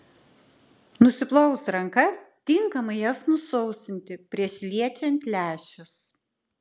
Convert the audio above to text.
nusiplovus rankas tinkamai jas nusausinti prieš liečiant lęšius